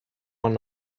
one